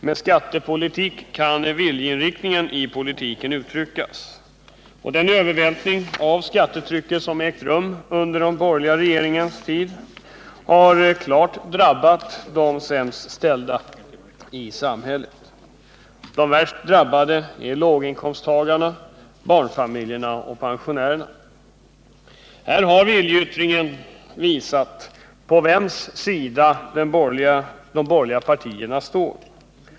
Med skattepolitiken kan viljeinriktningen i politiken uttryckas. Den övervältring av skattetrycket som ägt rum under de borgerliga regeringarnas tid har klart drabbat de sämst ställda i samhället. De värst drabbade är låginkomsttagarna, barnfamiljerna och pensionärerna. Här har viljeyttringen visat på vems sida de borgerliga partierna står.